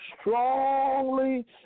strongly